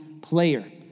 player